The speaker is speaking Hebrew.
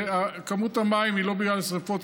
כמות המים היא לא בגלל השרפות,